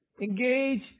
Engage